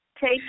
Take